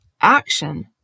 Action